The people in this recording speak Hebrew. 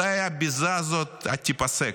מתי הביזה הזאת תיפסק?